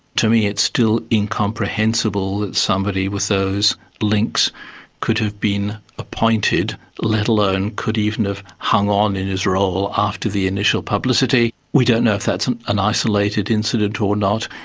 to me it's still incomprehensible that somebody with those links could have been appointed, let alone could even have hung on in his role after the initial publicity. we don't know if that's an an isolated incident or not,